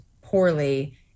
poorly